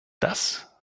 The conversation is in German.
das